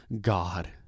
God